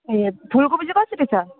ए फूलकोपी चाहिँ कसरी छ